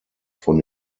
von